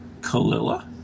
Kalila